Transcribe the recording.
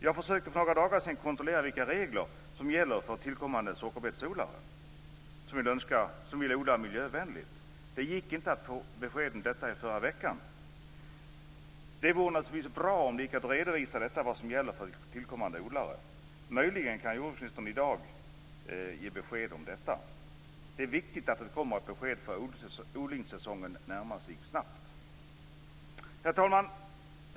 Jag försökte för några dagar sedan kontrollera vilka regler som gäller för tillkommande sockerbetsodlare som vill odla miljövänligt. Det gick inte att få besked om detta i förra veckan. Det vore naturligtvis bra om det gick att redovisa vad som gäller för tillkommande odlare. Möjligen kan jordbruksministern i dag ge besked om detta. Det är viktigt att det kommer ett besked, för odlingssäsongen närmar sig snabbt. Herr talman!